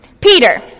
Peter